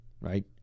right